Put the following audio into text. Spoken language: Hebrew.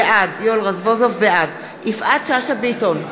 בעד יפעת שאשא ביטון,